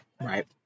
Right